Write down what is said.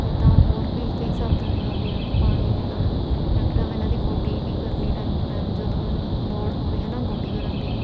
ਇੱਦਾਂ ਹੋਰ ਵੀ ਕਈ ਸਾਵਧਾਨੀਆਂ ਹੁੰਦੀਆਂ ਨੇ ਪਾਣੀ ਦੇਣਾ ਹੈ ਨਾ ਟਾਇਮ ਟੂ ਟਾਇਮ ਇਹਨਾਂ ਦੀ ਗੋਡੀ ਵੀ ਕਰਨੀ ਟਾਇਮ ਟੂ ਟਾਇਮ ਜਦੋਂ ਲੋੜ ਹੋਵੇ ਹੈ ਨਾ ਗੋਡੀ ਕਰਨ ਦੀ